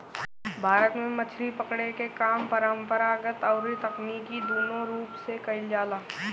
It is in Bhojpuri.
भारत में मछरी पकड़े के काम परंपरागत अउरी तकनीकी दूनो रूप से कईल जाला